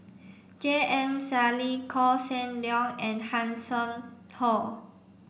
J M Sali Koh Seng Leong and Hanson Ho